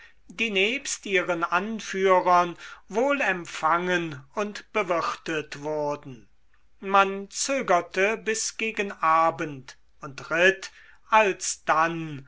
die nebst ihren anführern wohl empfangen und bewirtet wurden man zögerte bis gegen abend und ritt alsdann